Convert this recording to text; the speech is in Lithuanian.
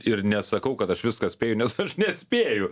ir nesakau kad aš viską spėju nes aš nespėju